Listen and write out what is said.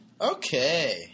Okay